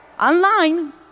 online